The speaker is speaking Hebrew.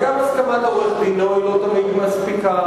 וגם הסכמת עורך-דינו היא לא תמיד מספיקה,